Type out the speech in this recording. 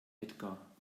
edgar